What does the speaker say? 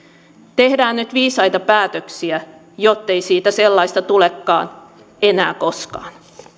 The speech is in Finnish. tehdään nyt viisaita päätöksiä jottei siitä sellaista tulekaan enää koskaan